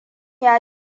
ta